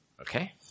Okay